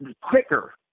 quicker